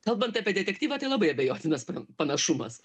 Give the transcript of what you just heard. kalbant apie detektyvą tai labai abejotinas panašumas